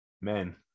Men